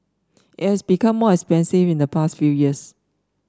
it has become more expensive in the past few years